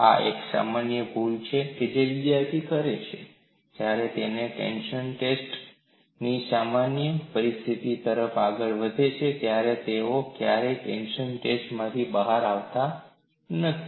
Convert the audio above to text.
આ એક સામાન્ય ભૂલો છે જે વિદ્યાર્થીઓ કરે છે જ્યારે તેઓ ટેન્શન ટેસ્ટ થી સામાન્ય પરિસ્થિતિ તરફ આગળ વધે છે ત્યારે તેઓ ક્યારેય ટેન્શન ટેસ્ટમાંથી બહાર આવતા નથી